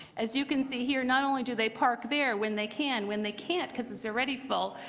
as you can see here, not only do they park there when they can, when they can't, because it's already full,